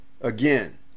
again